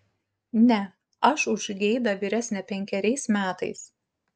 ne aš už geidą vyresnė penkeriais metais